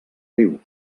riu